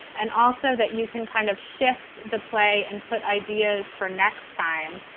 and also that you can kind of shift the play and put ideas for next time.